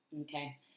Okay